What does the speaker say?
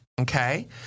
Okay